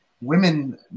women